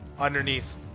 underneath